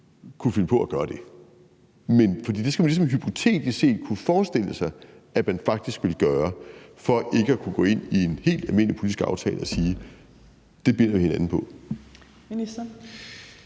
kunne finde på at gøre det. Men det skal man ligesom hypotetisk set kunne forestille sig at man faktisk ville gøre for ikke at kunne gå ind i en helt almindelig politisk aftale og sige: Det binder vi hinanden på.